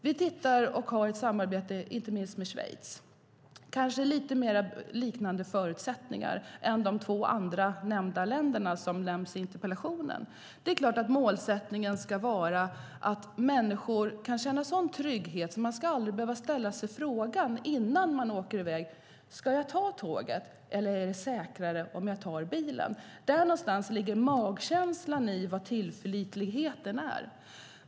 Vi har ett samarbete med Schweiz, där det kanske finns lite mer liknande förutsättningar än i de två andra länder som nämns i interpellationen. Målsättningen ska vara att människor kan känna en sådan trygghet att de aldrig ska behöva fråga sig om de ska ta tåget eller om det är säkrare att ta bilen. Det handlar om tillförlitlighet.